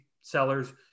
sellers